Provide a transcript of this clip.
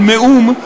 על מאום,